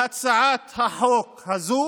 להצעת החוק הזאת,